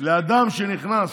לאדם שנכנס